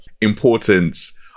importance